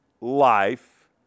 life